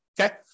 Okay